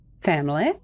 family